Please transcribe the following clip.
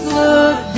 look